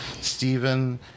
Stephen